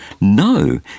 No